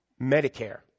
Medicare